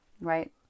Right